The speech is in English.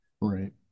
Right